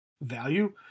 value